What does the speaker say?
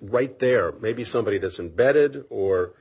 right there maybe somebody doesn't bedded or